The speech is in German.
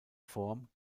form